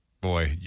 Boy